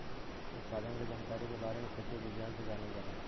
उत्पादन के जानकारी के बारे में खेती विज्ञान से जानल जाला